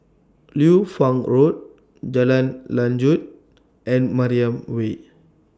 Liu Fang Road Jalan Lanjut and Mariam Way